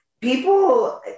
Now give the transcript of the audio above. People